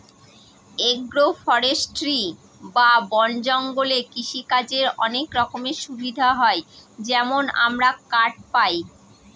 agro forestry বা বন জঙ্গলে কৃষিকাজের অনেক রকমের সুবিধা হয় যেমন আমরা কাঠ পায়